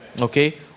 Okay